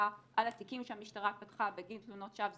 התיקים שהמשטרה פתחה בגין תלונות שווא,